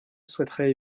souhaitait